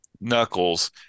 knuckles